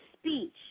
speech